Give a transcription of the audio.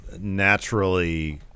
naturally